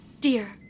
dear